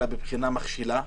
אלא בבחינה מכשילה.